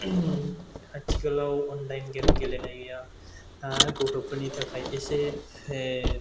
आथिखालाव online game गेलेनाय गथ'फोरनि थाखाय एसे